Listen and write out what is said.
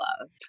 love